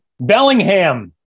Bellingham